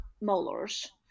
molars